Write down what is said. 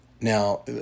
Now